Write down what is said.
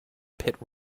pit